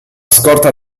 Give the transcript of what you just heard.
scorta